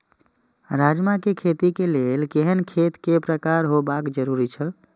राजमा के खेती के लेल केहेन खेत केय प्रकार होबाक जरुरी छल?